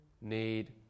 need